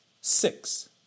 Six